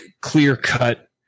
clear-cut